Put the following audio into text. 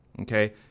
okay